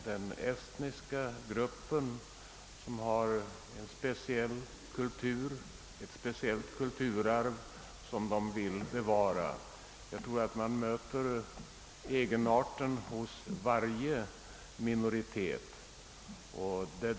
Den estniska gruppen är ju inte ensam om att ha ett kulturarv att bevara. Varje minoritet har sin egenart.